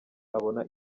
abona